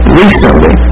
recently